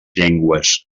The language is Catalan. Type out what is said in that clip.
llengües